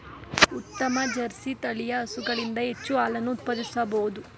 ಉತ್ತಮ ಜರ್ಸಿ ತಳಿಯ ಹಸುಗಳಿಂದ ಹೆಚ್ಚು ಹಾಲನ್ನು ಉತ್ಪಾದಿಸಬೋದು